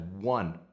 one